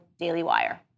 DAILYWIRE